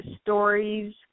stories